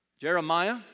Jeremiah